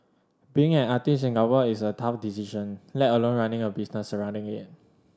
being an artist in Singapore is a tough decision let alone running a business surrounding it